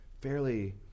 fairly